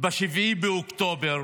ב-7 באוקטובר